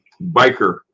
biker